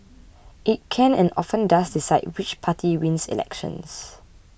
it can and often does decide which party wins elections